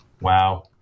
Wow